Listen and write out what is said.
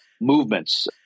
movements